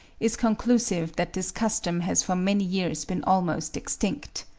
is conclusive that this custom has for many years been almost extinct.